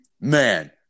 man